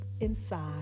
inside